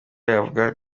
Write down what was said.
yavuga